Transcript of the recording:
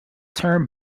term